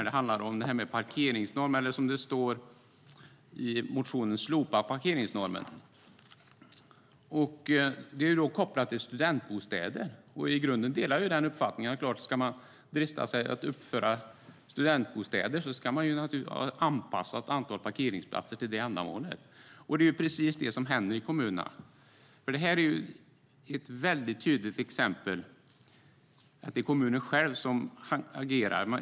Den handlar om att man vill slopa parkeringsnormen. Det är då kopplat till studentbostäder. I grunden delar jag uppfattningen att om man uppför studentbostäder ska man ha ett antal parkeringsplatser som är anpassat till det ändamålet. Det är precis detta som händer i kommunerna. Detta är ett väldigt tydligt exempel på att kommunen själv agerar.